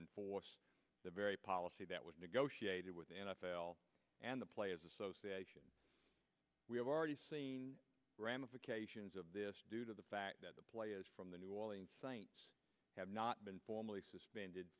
enforce the very policy that was negotiated with the n f l and the players association we have already seen ramifications of this due to the fact that the players from the new orleans saints have not been formally suspended